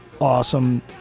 awesome